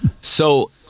So-